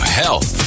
health